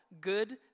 good